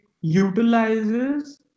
utilizes